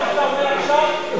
עכשיו.